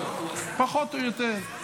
פחות או יותר.